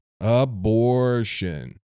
Abortion